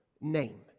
name